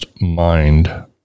mind